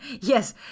yes